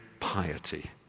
piety